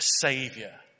savior